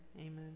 amen